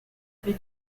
baie